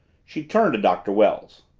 she turned to doctor wells.